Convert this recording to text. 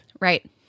Right